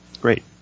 great